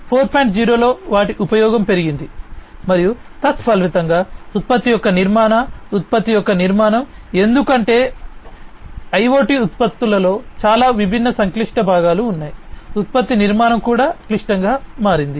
0 లో వాటి ఉపయోగం పెరిగింది మరియు తత్ఫలితంగా ఉత్పత్తి యొక్క నిర్మాణం ఉత్పత్తి యొక్క నిర్మాణం ఎందుకంటే IoT ఉత్పత్తులలో చాలా విభిన్న సంక్లిష్ట భాగాలు ఉన్నాయి ఉత్పత్తి నిర్మాణం కూడా క్లిష్టంగా మారింది